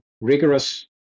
rigorous